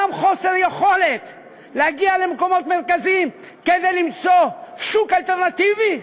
גם חוסר יכולות להגיע למקומות מרכזיים כדי למצוא שוק אלטרנטיבי?